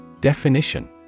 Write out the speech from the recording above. Definition